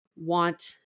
want